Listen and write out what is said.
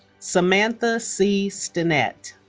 samantha c. stinnett